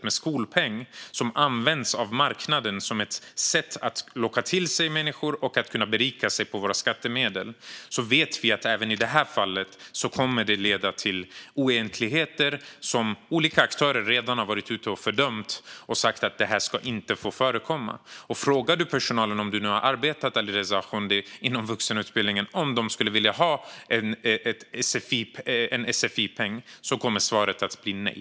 Vi har en skolpeng som används av aktörer på marknaden som ett sätt att locka till sig människor och berika sig på våra skattemedel. Vi vet att det även i det här fallet kommer att leda till oegentligheter som olika aktörer redan har varit ute och fördömt. De har sagt att detta inte ska få förekomma. Om du nu har arbetat inom vuxenutbildningen, Alireza Akhondi, kan du fråga dem om de skulle vilja ha en sfi-peng. Svaret kommer att bli nej.